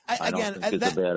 again